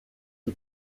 die